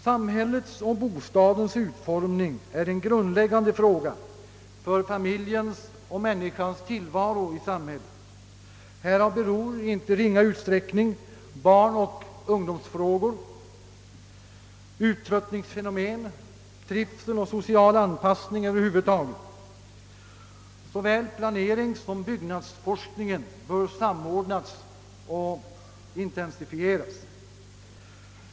Samhällets och bostadens utformning är grundläggande för familjens och människans tillvaro i samhället. Härav beror t.ex. i inte ringa utsträckning barnoch ungdomsproblem, uttröttningsfenomen, trivsel och social anpassning över huvud taget. Såväl planering som byggnadsforskning bör samordnas och intensifieras.